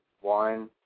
one